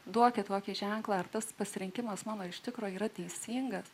duokit kokį ženklą ar tas pasirinkimas mano iš tikro yra teisingas